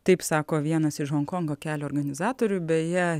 taip sako vienas iš honkongo kelio organizatorių beje